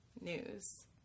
news